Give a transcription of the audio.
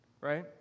Right